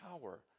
power